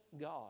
God